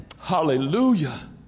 Hallelujah